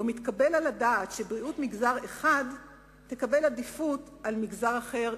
לא מתקבל על הדעת שבריאות מגזר אחד תקבל עדיפות על בריאות מגזר אחר,